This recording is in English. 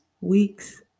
week's